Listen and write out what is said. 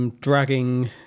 Dragging